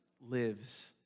lives